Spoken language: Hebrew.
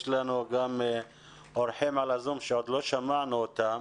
לנו גם אורחים בזום שעוד לא שמענו אותם.